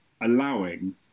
allowing